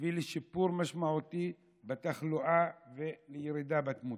הביא לשיפור משמעותי בתחלואה ולירידה בתמותה.